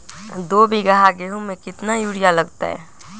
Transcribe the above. दो बीघा गेंहू में केतना यूरिया लगतै?